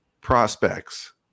prospects –